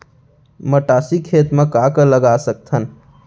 मटासी खेत म का का लगा सकथन?